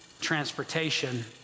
transportation